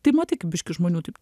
tai matai kaip biškį žmonių taip